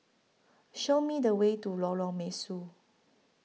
Show Me The Way to Lorong Mesu